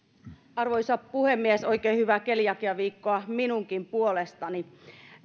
arvoisa puhemies oikein hyvää keliakiaviikkoa minunkin puolestani